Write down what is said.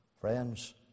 Friends